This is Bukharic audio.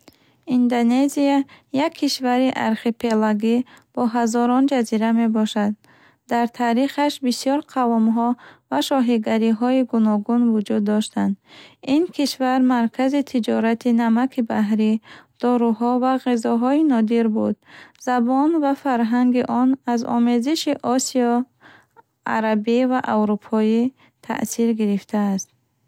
Индонезия як кишвари архипелагӣ бо ҳазорон ҷазира мебошад. Дар таърихаш бисёр қавмҳо ва шоҳигариҳои гуногун вуҷуд доштанд. Ин кишвар маркази тиҷорати намаки баҳрӣ, доруҳо ва ғизоҳои нодир буд. Забон ва фарҳанги он аз омезиши осиё, арабӣ ва аврупоӣ таъсир гирифтааст.